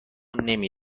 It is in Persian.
نمی